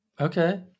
Okay